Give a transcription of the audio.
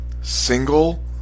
single